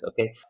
Okay